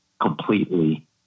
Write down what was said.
completely